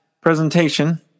presentation